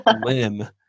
limb